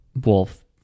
wolf